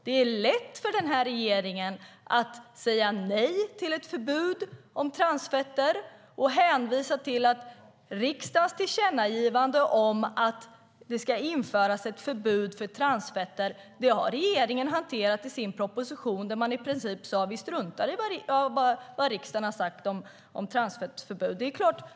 Det är lätt för regeringen att säga nej till ett förbud om transfetter och hänvisa till att regeringen har hanterat riksdagens tillkännagivande om att det ska införas ett förbud mot transfetter i sin proposition - där man i princip sade: Vi struntar i vad riksdagen har sagt om transfettförbud.